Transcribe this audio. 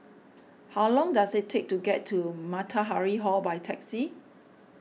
how long does it take to get to Matahari Hall by taxi